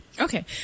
Okay